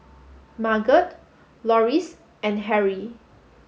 Marget Loris and Harry